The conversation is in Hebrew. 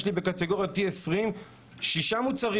בקטגוריה T-20 יש היום שישה מוצרים,